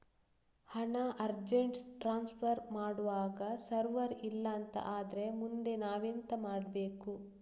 ಹಣ urgent transfer ಮಾಡ್ವಾಗ server ಇಲ್ಲಾಂತ ಆದ್ರೆ ಮುಂದೆ ನಾವೆಂತ ಮಾಡ್ಬೇಕು?